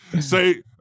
say